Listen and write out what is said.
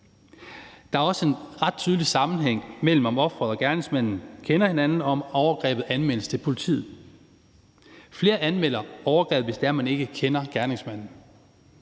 Der er også en ret tydelig sammenhæng mellem, om offeret og gerningsmand kender hinanden, og om overgrebet anmeldes til politiet. Flere anmelder overgreb, hvis man ikke kender gerningsmanden.